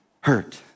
hurt